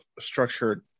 structured